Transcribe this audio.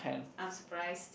I'm surprised